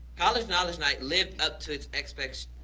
college knowledge night lived up to its expectations,